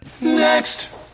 next